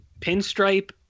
pinstripe